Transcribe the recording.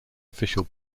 official